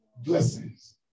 blessings